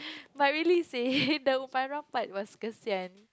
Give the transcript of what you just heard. but really seh the Farah part was